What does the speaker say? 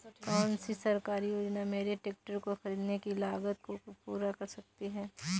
कौन सी सरकारी योजना मेरे ट्रैक्टर को ख़रीदने की लागत को पूरा कर सकती है?